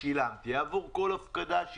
עבור כל הפקדה,